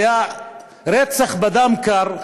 היה רצח בדם קר,